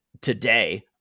today